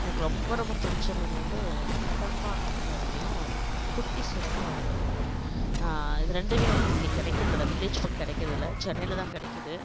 எனக்கு ரொம்ப ரொம்ப பிடித்த மீன் வந்து கடம்பா அப்படின்னு ஒரு மீனும் குட்டி சுறான்னு ஒரு மீன் இது ரெண்டுமே வந்து இங்கே கிடைக்கிறதில்ல வில்லேஜ் பக் கிடைக்கிறதில்ல சென்னையில் தான் கிடைக்கிது